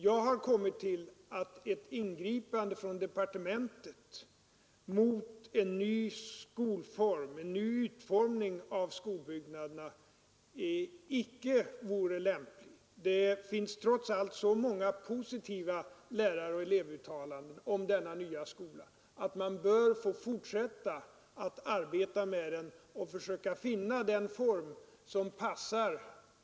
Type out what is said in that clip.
Jag har kommit fram till att ett ingripande från departementets sida mot den nya utformningen av skolbyggnaderna inte vore lämpligt. Det finns trots allt så många positiva läraroch elevuttalanden om denna nya skola att man bör få fortsätta att arbeta med den och försöka finna den form som passar.